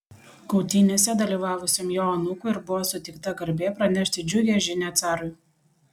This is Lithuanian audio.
kautynėse dalyvavusiam jo anūkui ir buvo suteikta garbė pranešti džiugią žinią carui